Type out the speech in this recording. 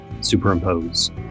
Superimpose